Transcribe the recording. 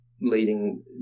leading